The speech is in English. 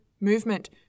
movement